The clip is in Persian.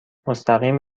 مستقیم